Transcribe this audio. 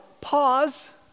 pause